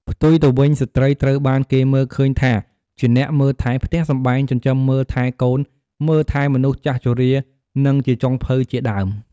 ផ្ទុយទៅវិញ ស្ត្រី ត្រូវបានគេមើលឃើញថាជាអ្នកមើលថែផ្ទះសម្បែង ចិញ្ចឹមមើលថែកូន មើលថែមនុស្សចាស់ជរា និងជាចុងភៅជាដើម។